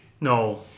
No